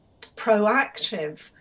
proactive